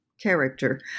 character